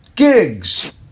Gigs